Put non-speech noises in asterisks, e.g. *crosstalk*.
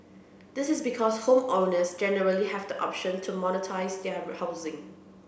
this is because homeowners generally have the option to monetise their *unintelligible* housing